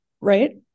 Right